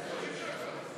לשנת הכספים 2018, נתקבל.